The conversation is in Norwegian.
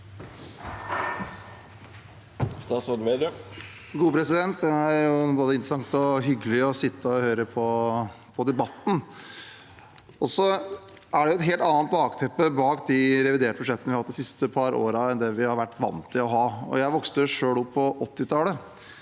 Det er både interessant og hyggelig å sitte og høre på debatten. Det er et helt annet bakteppe bak de reviderte budsjettene vi hatt de siste par årene, enn det vi har vært vant til å ha. Jeg vokste selv opp på 1980-tallet.